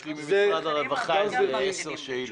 לי ממשרד הרווחה איזה עשר שאילתות.